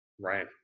Right